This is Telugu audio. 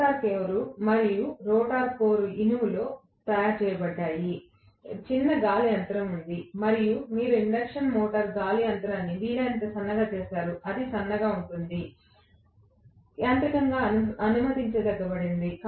రోటర్ కోర్ మరియు స్టేటర్ కోర్ ఇనుముతో తయారు చేయబడ్డాయి చిన్న గాలి అంతరం ఉంది మరియు మీరు ఇండక్షన్ మోటారులో గాలి అంతరాన్ని వీలైనంత సన్నగా చేస్తారు అది సన్నగా ఉంటుంది యాంత్రికంగా అనుమతించదగినది